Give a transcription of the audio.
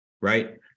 right